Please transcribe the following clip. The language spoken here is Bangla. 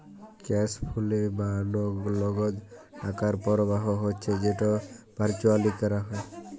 ক্যাশ ফোলো বা লগদ টাকার পরবাহ হচ্যে যেট ভারচুয়ালি ক্যরা হ্যয়